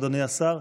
אדוני השר,